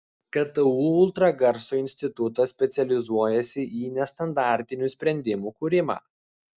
ktu ultragarso institutas specializuojasi į nestandartinių sprendimų kūrimą